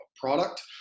product